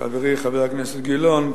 חברי חבר הכנסת גילאון,